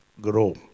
grow